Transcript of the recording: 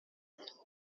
seu